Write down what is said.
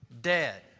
dead